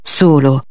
solo